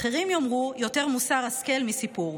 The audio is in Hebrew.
אחרים יאמרו: יותר מוסר השכל מסיפור.